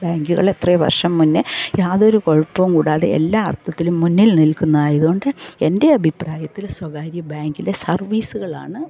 ബാങ്കുകള് എത്രയോ വർഷം മുന്നേ യാതോരു കുഴപ്പവും കൂടാതെ എല്ലാ അർത്ഥത്തിലും മുന്നിൽ നിൽക്കുന്ന ആയത് കൊണ്ട് എൻ്റെ അഭിപ്രായത്തില് സ്വകാര്യ ബാങ്കിലെ സർവീസുകളാണ്